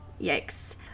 yikes